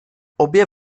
obě